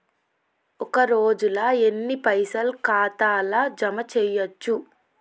ఒక రోజుల ఎన్ని పైసల్ ఖాతా ల జమ చేయచ్చు?